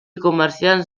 comerciants